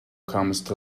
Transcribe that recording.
comest